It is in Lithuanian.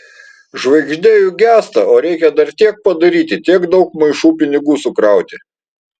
žvaigždė juk gęsta o reikia dar tiek padaryti tiek daug maišų pinigų sukrauti